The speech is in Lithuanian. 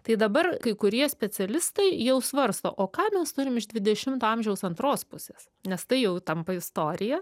tai dabar kai kurie specialistai jau svarsto o ką mes turim iš dvidešimto amžiaus antros pusės nes tai jau tampa istorija